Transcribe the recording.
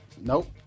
Nope